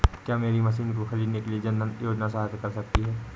क्या मेरी मशीन को ख़रीदने के लिए जन धन योजना सहायता कर सकती है?